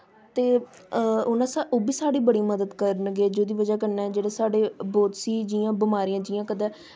ते ओह् ना ओह् बी साढ़ी बड़ी मदद करन गे जेह्दी बज़ह् कन्नै जेह्ड़े साढ़े बौह्त सी बमारियां जियां कदें